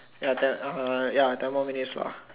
ya ten uh ya ten more minutes lah